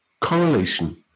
correlation